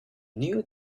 knew